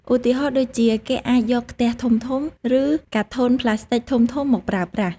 ឧទាហរណ៍ដូចជា គេអាចយកខ្ទះធំៗ ឬកាធន់ប្លាស្ទិកធំៗមកប្រើប្រាស់។